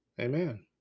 Amen